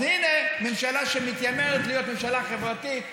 אז הינה ממשלה שמתיימרת להיות ממשלה חברתית,